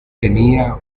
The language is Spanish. tenía